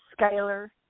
scalar